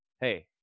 hey